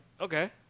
Okay